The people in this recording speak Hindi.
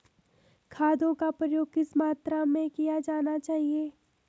खादों का प्रयोग किस मात्रा में किया जाना चाहिए?